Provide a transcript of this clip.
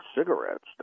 cigarettes